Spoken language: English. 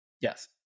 Yes